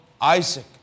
Isaac